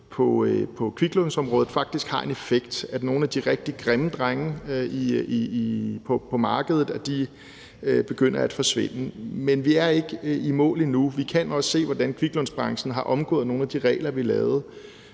på kviklånsområdet, faktisk har en effekt, at nogle af de rigtig grimme drenge på markedet begynder at forsvinde. Men vi er ikke i mål endnu, og vi kan også se, hvordan kviklånsbranchen har omgået nogle af de regler, vi lavede,